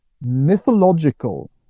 mythological